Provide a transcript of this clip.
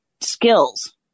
skills